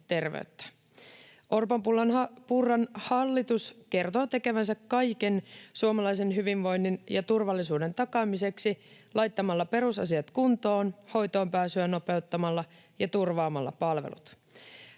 Orpon—Purran hallitus kertoo tekevänsä kaiken suomalaisen hyvinvoinnin ja turvallisuuden takaamiseksi laittamalla perusasiat kuntoon hoitoonpääsyä nopeuttamalla ja turvaamalla palvelut.